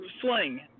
Sling